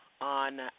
on